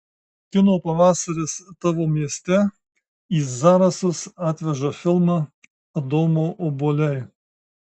kino pavasaris tavo mieste į zarasus atveža filmą adomo obuoliai